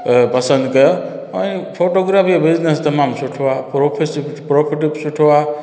पसंदि कयो ऐं फोटोग्राफीअ बिज़नस तमामु सुठो आहे प्रोफिस प्रोफिट बि सुठो आहे